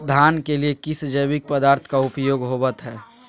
धान के लिए किस जैविक पदार्थ का उपयोग होवत है?